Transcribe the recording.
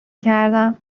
کردم